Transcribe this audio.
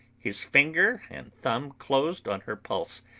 his finger and thumb closed on her pulse,